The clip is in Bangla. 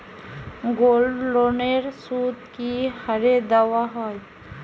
গোল্ডলোনের সুদ কি হারে দেওয়া হয়?